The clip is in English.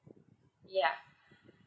yeah